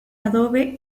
adobe